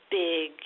big